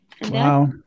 Wow